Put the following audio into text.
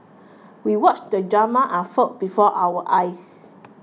we watched the drama unfold before our eyes